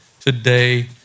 today